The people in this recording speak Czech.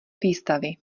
výstavy